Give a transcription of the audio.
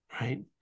right